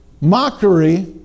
mockery